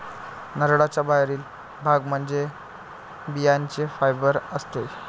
नारळाचा बाहेरील भाग म्हणजे बियांचे फायबर असते